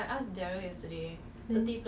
change it to com lor